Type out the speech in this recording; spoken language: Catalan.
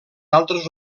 altres